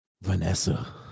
Vanessa